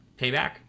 payback